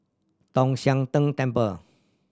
Tong Sian Tng Temple